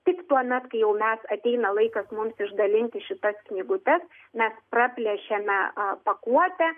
tik tuomet kai jau mes ateina laikas mums išdalinti šitas knygutes mes praplėšiame pakuotę